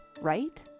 right